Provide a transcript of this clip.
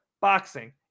boxing